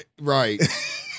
Right